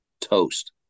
toast